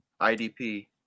IDP